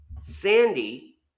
Sandy